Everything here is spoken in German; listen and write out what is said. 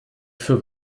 für